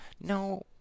No